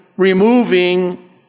removing